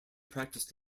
practiced